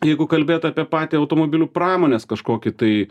jeigu kalbėt apie patį automobilių pramonės kažkokį tai